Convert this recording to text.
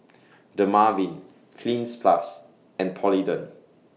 Dermaveen Cleanz Plus and Polident